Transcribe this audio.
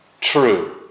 True